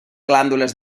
glàndules